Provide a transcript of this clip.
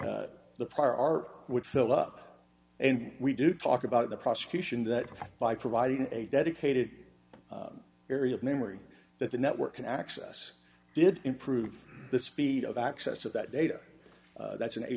where the par would fill up and we do talk about the prosecution that by providing a dedicated area of memory that the network can access did improve the speed of access to that data that's an a